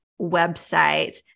website